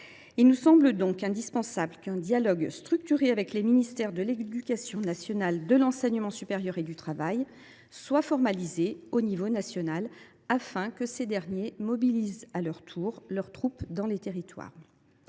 Il nous semble donc indispensable qu’un dialogue structuré entre les ministères de l’éducation nationale, de l’enseignement supérieur et du travail soit formalisé au niveau national, afin que ces derniers, à leur tour, mobilisent leurs troupes dans les territoires.